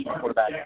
quarterback